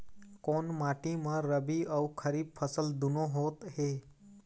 कोन माटी म रबी अऊ खरीफ फसल दूनों होत हे?